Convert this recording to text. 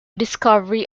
discovery